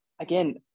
again